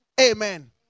Amen